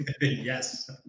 Yes